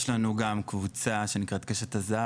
יש גם קבוצה שנקראת "קשת הזהב",